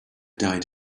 died